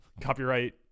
Copyright